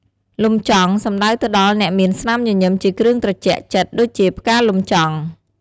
លំចង់ សំដៅទៅដល់អ្នកមានស្នាមញញឺមជាគ្រឿងត្រជាក់ចិត្តដូចជាផ្កាលំចង់។